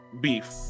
beef